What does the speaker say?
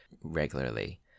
regularly